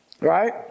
right